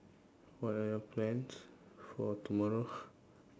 what are your plans for tomorrow